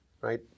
right